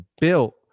built